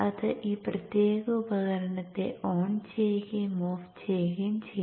അത് ഈ പ്രത്യേക ഉപകരണത്തെ ഓൺ ചെയ്യുകയും ഓഫ് ചെയ്യുകയും ചെയ്യും